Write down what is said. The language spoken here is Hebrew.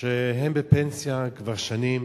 שהם בפנסיה כבר שנים,